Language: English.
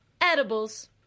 edibles